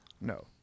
No